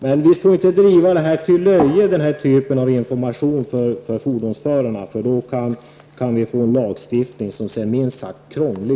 Men vi skall inte driva den här typen av information till fordonsförare till löje. Då kanske vi får en lagstiftning som minst sagt är krånglig.